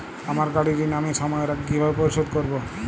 আমার গাড়ির ঋণ আমি সময়ের আগে কিভাবে পরিশোধ করবো?